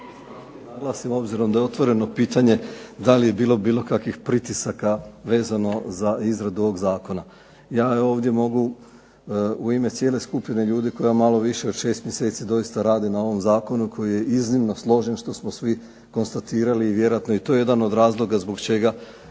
snažnije naglasimo, obzirom da je otvoreno pitanje da li je bilo bilo kakvih pritisaka vezano za izradu ovog zakona. Ja ovdje mogu u ime cijele skupine ljudi koja malo više od 6 mjeseci doista radi na ovom zakonu koji je iznimno složen što smo svi konstatirali i vjerojatno je i to jedan od razloga zbog čega